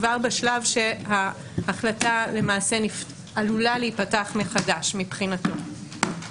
כבר בשלב שההחלטה למעשה עלולה להיפתח מחדש מבחינתו.